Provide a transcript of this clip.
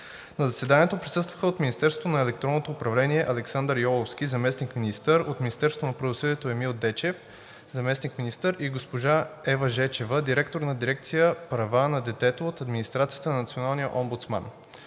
На заседанието присъстваха от Министерството на електронното управление Александър Йоловски – заместник-министър, от Министерството на правосъдието Емил Дечев – заместник-министър, и госпожа Ева Жечева, директор на Дирекция „Права на детето“ от администрацията на националния омбудсман.